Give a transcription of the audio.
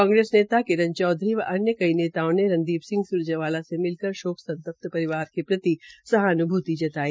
कांग्रेस नेता किरण चौधरी व अन्य कई नेताओं ने रणदीप सिंह स्रजेवाला से मिलकर शोकसंतप्त परिवार के प्रति सहान्भूर्ति जताई